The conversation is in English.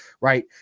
right